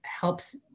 helps